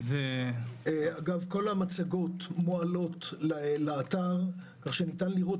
כל המצגות מועלות לאתר כך שניתן לראות